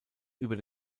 über